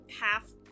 half